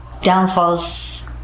downfalls